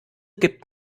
gibt